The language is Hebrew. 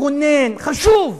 מכונן, חשוב